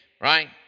Right